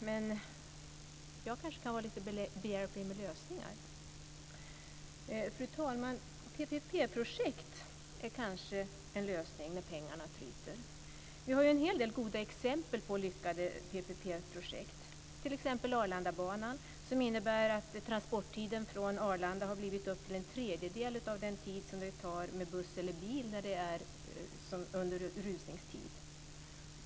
Men jag kan kanske vara lite behjälplig med lösningar. Fru talman! PPP-projekt är kanske en lösning när pengarna tryter. Vi har ju en hel del goda exempel på lyckade PPP-projekt, t.ex. Arlandabanan, som innebär att transporttiden från Arlanda har blivit ned till en tredjedel av den tid som åtgår med buss eller bil under rusningstid.